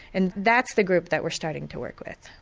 and that's the group that we're starting to work with.